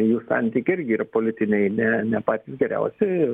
jų santykiai irgi yra politiniai ne ne patys geriausi